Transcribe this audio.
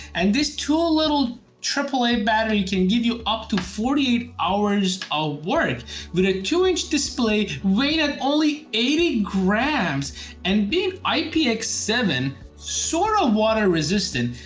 and these two little triple a battery can give you up to forty eight hours of ah work with a two inch display rated only eighty grams and being i p x seven sort of water resistant.